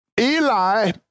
Eli